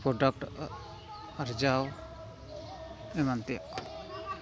product ᱟᱨᱡᱟᱣ ᱮᱢᱟᱱ ᱛᱮᱭᱟᱜ